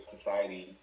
Society